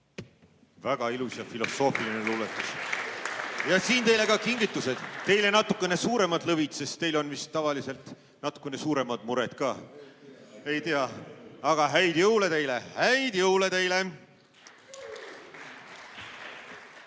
Väga ilus ja filosoofiline luuletus. (Aplaus.) Ja siin teile ka kingitused. Teile natukene suuremad lõvid, sest teil on vist tavaliselt natukene suuremad mured ka. Ei tea? Aga häid jõule teile, häid jõule teile!